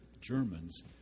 Germans